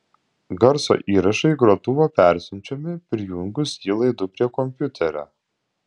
garso įrašai į grotuvą persiunčiami prijungus jį laidu prie kompiuterio